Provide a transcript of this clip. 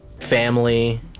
family